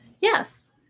Yes